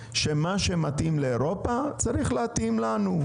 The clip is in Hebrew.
שמה שמתאים לאירופה צריך להתאים לנו.